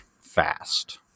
fast